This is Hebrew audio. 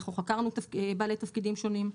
אנחנו חקרנו בעלי תפקידים שונים.